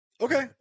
Okay